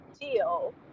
deal